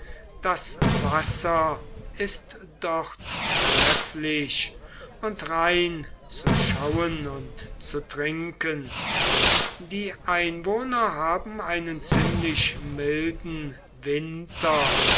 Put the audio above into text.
das wasser ist dort trefflich und rein zu schauen und zu trinken die einwohner haben einen ziemlich milden winter